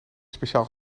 speciaal